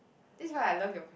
this is why I love your question